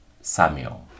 Samuel